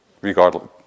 regardless